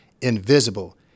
invisible